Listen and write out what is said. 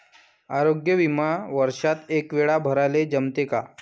आरोग्य बिमा वर्षात एकवेळा भराले जमते का?